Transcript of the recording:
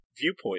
viewpoint